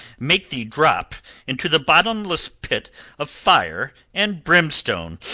make thee drop into the bottomless pit of fire and brimstone,